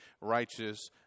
righteous